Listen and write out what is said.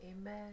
Amen